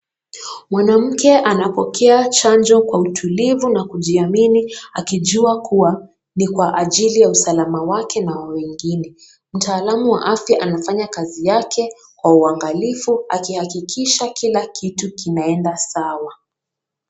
Mwanamke anapokea chanjo Kwa utulivu na kujiamini akijua kuwa ni kwa ajili ya usalama wake na wa wengine. mtaalamu wa afya anafanya kazi yake kwa uangalifu akihakikisha kila kitu kinaenda sawa.